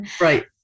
right